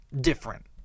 different